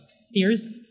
Steers